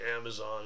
Amazon